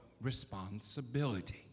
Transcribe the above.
responsibility